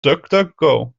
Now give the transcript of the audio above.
duckduckgo